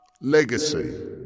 Legacy